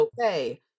okay